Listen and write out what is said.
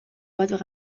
bat